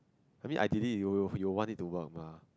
I mean I did it you you will want it to work mah